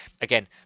Again